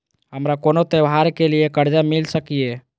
हमारा कोनो त्योहार के लिए कर्जा मिल सकीये?